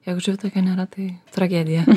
jeigu žuvitakio nėra tai tragedija